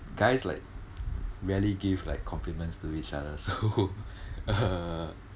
guys like rarely give like compliments to each other so uh